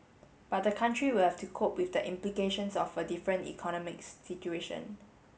but the country will have to cope with the implications of a different economics situation